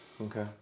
Okay